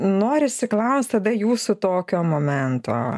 norisi klausti tada jūsų tokio momento